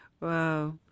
Wow